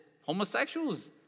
homosexuals